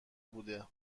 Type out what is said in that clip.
بوده